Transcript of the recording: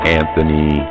anthony